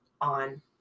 on